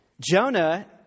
Jonah